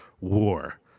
war